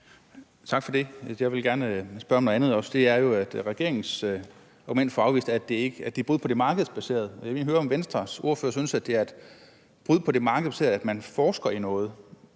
Tak for det. Jeg vil gerne spørge om noget andet også. Regeringens argument for at afvise det er, at det er et brud på det markedsbaserede. Jeg vil lige høre, om Venstres ordfører synes, at det er et brud på det markedsbaserede, at man forsker i noget.